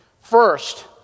First